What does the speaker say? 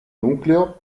nucleo